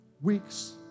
Weeks